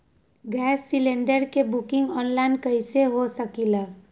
Gas cylinder के booking online कईसे हो सकलई ह?